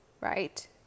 right